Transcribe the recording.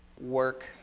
work